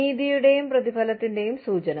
നീതിയുടെയും പ്രതിഫലത്തിന്റെയും സൂചന